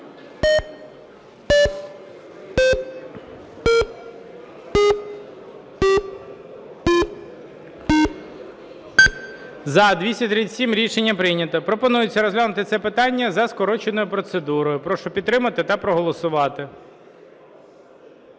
За-237 Рішення прийнято. Пропонується розглянути це питання за скороченою процедурою. Прошу підтримати та проголосувати.